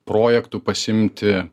projektų pasiimti